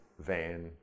Van